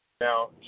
Now